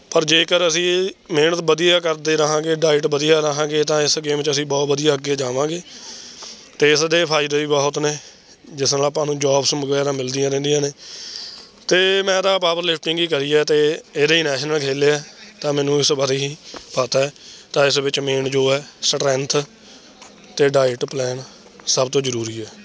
ਪਰ ਜੇਕਰ ਅਸੀਂ ਮਿਹਨਤ ਵਧੀਆ ਕਰਦੇ ਰਹਾਂਗੇ ਡਾਇਟ ਵਧੀਆ ਰਹਾਂਗੇ ਤਾਂ ਇਸ ਗੇਮ 'ਚ ਅਸੀਂ ਬਹੁਤ ਵਧੀਆ ਅੱਗੇ ਜਾਵਾਂਗੇ ਅਤੇ ਇਸ ਦੇ ਫ਼ਾਇਦੇ ਵੀ ਬਹੁਤ ਨੇ ਜਿਸ ਨਾਲ ਆਪਾਂ ਨੂੰ ਜੋਬਸ ਵਗੈਰਾ ਮਿਲਦੀਆਂ ਰਹਿੰਦੀਆਂ ਨੇ ਅਤੇ ਮੈਂ ਤਾਂ ਪਾਵਰਲਿਫਟਿੰਗ ਹੀ ਕਰੀ ਹੈ ਅਤੇ ਇਹਦਾ ਹੀ ਨੈਸ਼ਨਲ ਖੇਲਿਆ ਤਾਂ ਮੈਨੂੰ ਇਸ ਬਾਰੇ ਹੀ ਪਤਾ ਹੈ ਤਾਂ ਇਸ ਵਿੱਚ ਮੇਨ ਜੋ ਹੈ ਸਟਰੈਂਥ ਅਤੇ ਡਾਇਟ ਪਲੈਨ ਸਭ ਤੋਂ ਜ਼ਰੂਰੀ ਹੈ